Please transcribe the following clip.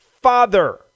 father